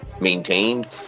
maintained